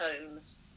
homes